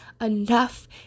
enough